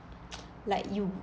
like you